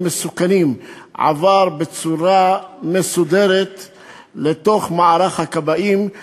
מסוכנים עבר בצורה מסודרת לתוך מערך הכבאים.